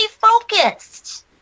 focused